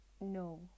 No